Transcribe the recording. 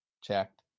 Checked